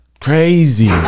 crazy